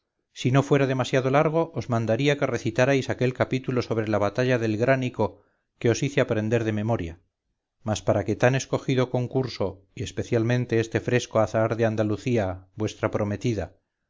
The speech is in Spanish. si no fuera demasiado largo os mandaría que recitarais aquel capítulo sobre la batalla del gránico que os hice aprender de memoria mas para que tan escogido concurso y especialmente este fresco azahar de andalucía vuestra prometida